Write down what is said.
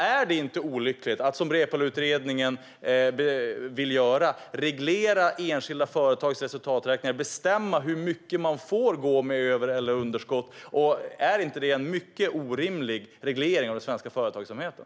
Är det inte olyckligt att som Reepaluutredningen vill göra reglera enskilda företags resultaträkningar och bestämma hur mycket de får gå med under eller överskott? Är inte det en mycket orimlig reglering av den svenska företagsamheten?